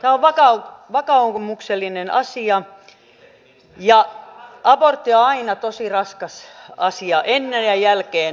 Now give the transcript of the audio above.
tämä on vakaumuksellinen asia ja abortti on aina tosi raskas asia naiselle ennen ja jälkeen